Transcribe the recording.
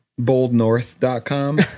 boldnorth.com